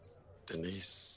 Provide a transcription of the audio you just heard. Denise